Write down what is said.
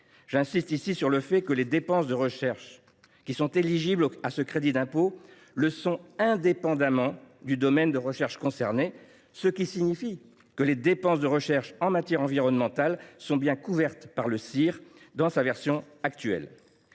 J’insiste ici sur le fait que les dépenses de recherche qui sont éligibles à ce crédit d’impôt le sont indépendamment du domaine de recherche concerné. Ainsi, les dépenses de recherche en matière environnementale sont bien couvertes par le CIR dans sa version actuelle.